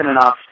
enough